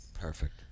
Perfect